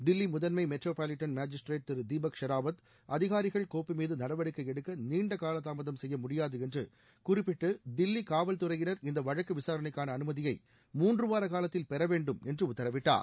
தில்லி முதன்மை metropolitan magistrate Thiru Deepak Sherawat அதிகாரிகள் கோப்பு மீது நடவடிக்கை எடுக்க நீண்ட காலதாமதம் செய்ய முடியாது என்று குறிப்பிட்டு தில்லி காவல் துறையினர் இந்த வழக்கு விசாரணைக்கான அனுமதியை மூன்றுவார காலத்தில் பெறவேண்டும் என்று உத்தரவிட்டார்